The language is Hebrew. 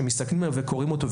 כשמסתכלים עליו וקוראים אותו,